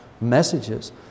messages